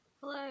Hello